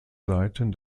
seiten